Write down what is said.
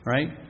Right